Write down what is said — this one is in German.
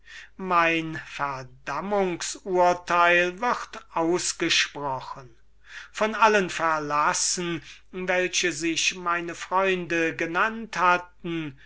mein verdammungs urteil wird ausgesprochen von allen verlassen die sich meine freunde genannt hatten